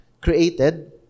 created